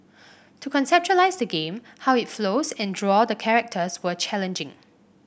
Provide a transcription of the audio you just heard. to conceptualise the game how it flows and draw the characters were challenging